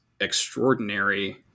extraordinary